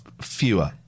Fewer